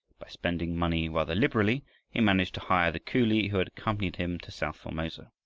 by spending money rather liberally he managed to hire the coolie who had accompanied him to south formosa.